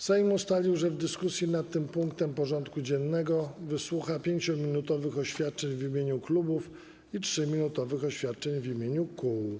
Sejm ustalił, że w dyskusji nad tym punktem porządku dziennego wysłucha 5-minutowych oświadczeń w imieniu klubów i 3-minutowych oświadczeń w imieniu kół.